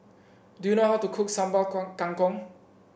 do you know how to cook sambal kong kangkong